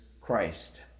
Christ